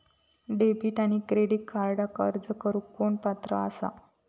Debit आणि credit कार्डक अर्ज करुक कोण पात्र आसा?